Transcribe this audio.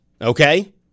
okay